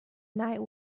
night